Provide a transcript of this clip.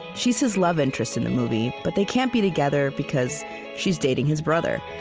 she's his love interest in the movie, but they can't be together, because she's dating his brother.